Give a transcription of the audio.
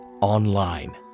online